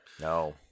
No